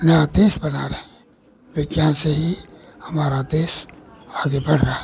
नया देश बना रहे हैं विज्ञान से ही हमारा देश आगे बढ़ रहा है